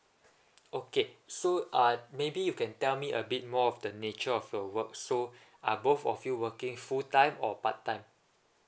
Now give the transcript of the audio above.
okay so uh maybe you can tell me a bit more of the nature of your work so are both of you working full time or part time